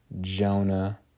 Jonah